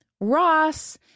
Ross